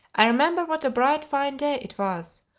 i remember what a bright fine day it was,